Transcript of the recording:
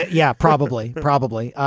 yeah, probably. probably.